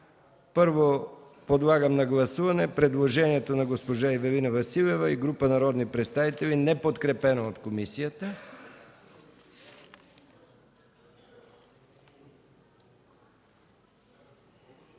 Първо подлагам на гласуване предложението на госпожа Ивелина Василева и група народни представители, неподкрепено от комисията.